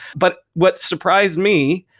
but what surprised me,